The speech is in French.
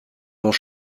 dont